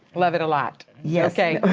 love it a lot, yeah okay.